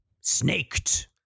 snaked